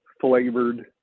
flavored